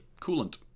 coolant